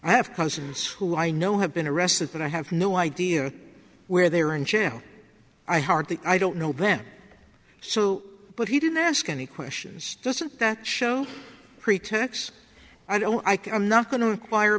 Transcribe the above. i have cousins who i know have been arrested but i have no idea where they are in jail i hardly i don't know ben so but he didn't ask any questions doesn't that show pretax i don't like i'm not going to require